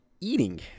eating